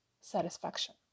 satisfaction